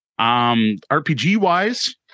RPG-wise